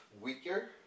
weaker